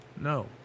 No